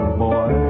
boy